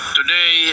Today